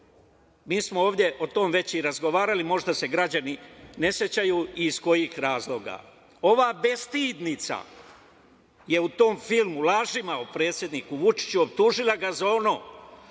Mi smo ovde o tome već i razgovarali, možda se građani ne sećaju iz kojih razloga. Ova bestidnica je u tom filmu lažima o predsedniku Vučiću optužila ga za ono